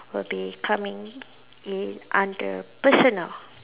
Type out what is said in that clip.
would be coming in under personal